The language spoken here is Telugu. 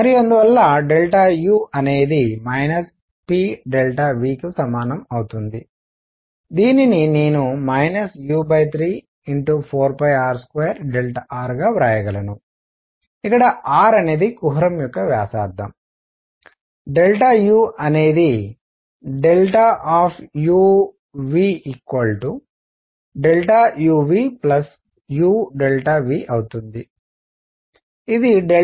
మరియు అందువల్లUఅనేది pVకు సమానం అవుతుంది దీనిని నేను u34r2rగా వ్రాయగలను ఇక్కడ r అనేది కుహరం యొక్క వ్యాసార్థం Uఅనేది uV uV అవుతుంది ఇది uVu4r2